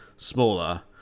smaller